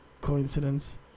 coincidence